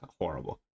horrible